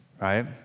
right